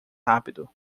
rápido